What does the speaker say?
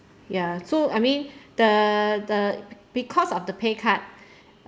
ya so I mean the the because of the pay cut